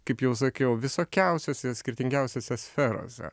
kaip jau sakiau visokiausiose skirtingiausiose sferose